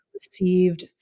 Received